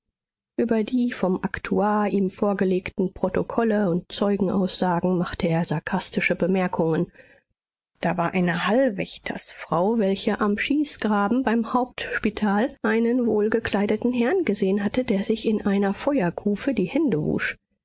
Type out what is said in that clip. über die vom aktuar ihm vorgelegten protokolle und zeugenaussagen machte er sarkastische bemerkungen da war eine hallwächtersfrau welche am schießgraben beim hauptspital einen wohlgekleideten herrn gesehen hatte der sich in einer feuerkufe die hände wusch